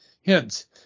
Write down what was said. hints